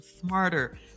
smarter